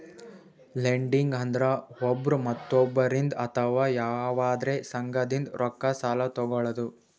lending ಅಂದ್ರ ಒಬ್ರ್ ಮತ್ತೊಬ್ಬರಿಂದ್ ಅಥವಾ ಯವಾದ್ರೆ ಸಂಘದಿಂದ್ ರೊಕ್ಕ ಸಾಲಾ ತೊಗಳದು